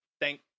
Thank